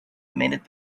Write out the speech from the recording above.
minute